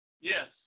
Yes